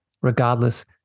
regardless